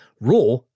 Raw